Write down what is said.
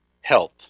health